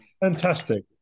Fantastic